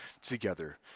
together